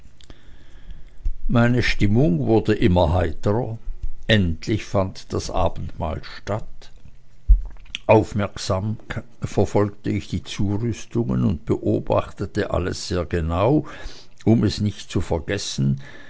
meine stimmung wurde immer heiterer endlich fand das abendmahl statt aufmerksam verfolgte ich die zurüstungen und beobachtete alles sehr genau um es nicht zu vergessen